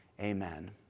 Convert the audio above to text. Amen